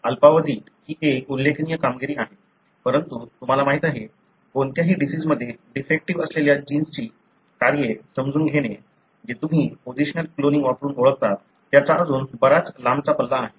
अल्पावधीत ही एक उल्लेखनीय कामगिरी आहे परंतु तुम्हाला माहीत आहे कोणत्याही डिसिज मध्ये डिफेक्टीव्ह असलेल्या जीनची कार्ये समजून घेणे जे तुम्ही पोझिशनल क्लोनिंग वापरून ओळखता त्याचा अजून बराच लांबचा पल्ला आहे